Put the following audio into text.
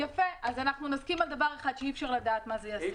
אז נסכים על דבר אחד שאי-אפשר לדעת מה זה יעשה.